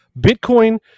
Bitcoin